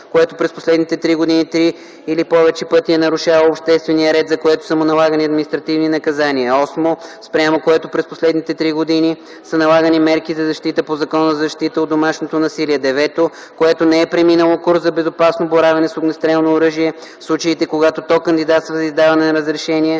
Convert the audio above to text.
което не е преминало курс за безопасно боравене с огнестрелно оръжие, в случаите когато то кандидатства за издаване на разрешения